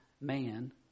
man